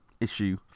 Issue